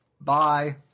Bye